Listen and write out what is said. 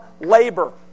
labor